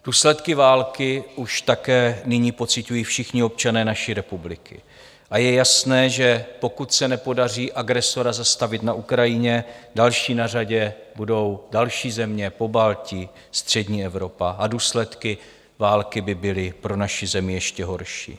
Důsledky války už také nyní pociťují všichni občané naší republiky a je jasné, že pokud se nepodaří agresora zastavit na Ukrajině, na řadě budou další země Pobaltí, střední Evropa a důsledky války by byly pro naši zemi ještě horší.